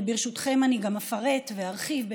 וברשותכם גם אפרט וארחיב,